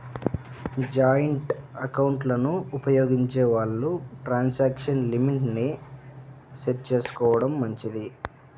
joint ఎకౌంట్లను ఉపయోగించే వాళ్ళు ట్రాన్సాక్షన్ లిమిట్ ని సెట్ చేసుకోడం మంచిది